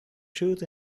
truth